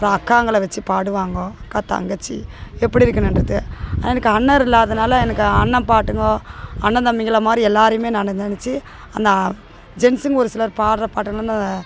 இப்போ அக்காங்கள வச்சி பாடுவாங்கோ அக்கா தங்கச்சி எப்படி இருக்கணுன்றது எனக்கு அண்ணன் இல்லாதனால எனக்கு அண்ணன் பாட்டுங்கோ அண்ணன் தம்பிகளை மாதிரி எல்லாரையுமே நான் நினச்சி அந்த ஜென்ஸ்ஸுங்க ஒரு சிலர் பாடுற பாடணும்னு